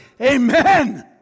Amen